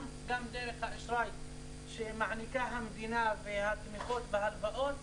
גם דרך האשראי שמעניקה המדינה והתמיכות בהלוואות,